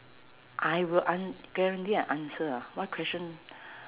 I will an~ guarantee an answer ah what question